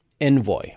Envoy